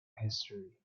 history